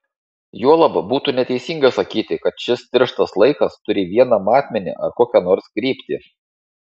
juolab būtų neteisinga sakyti kad šis tirštas laikas turi vieną matmenį ar kokią nors kryptį